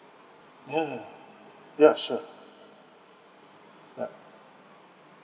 oh yeah sure yup